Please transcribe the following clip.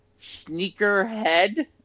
Sneakerhead